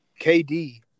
KD